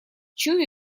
чую